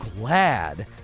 glad